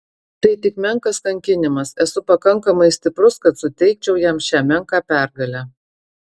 tai tik menkas kankinimas esu pakankamai stiprus kad suteikčiau jam šią menką pergalę